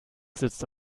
sitzt